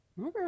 okay